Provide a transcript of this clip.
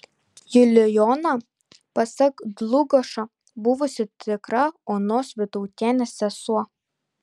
julijona pasak dlugošo buvusi tikra onos vytautienės sesuo